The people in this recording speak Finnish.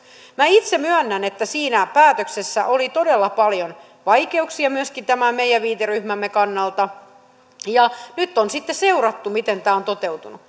minä itse myönnän että siinä päätöksessä oli todella paljon vaikeuksia myöskin tämän meidän viiteryhmämme kannalta ja nyt on sitten seurattu miten tämä on toteutunut